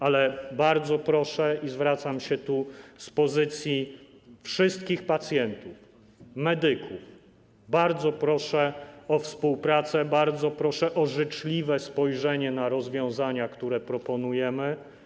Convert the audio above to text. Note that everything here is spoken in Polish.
Ale bardzo proszę, i zwracam się tu z pozycji wszystkich pacjentów i medyków, bardzo proszę o współpracę, bardzo proszę o życzliwe spojrzenie na rozwiązania, które proponujemy.